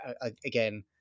again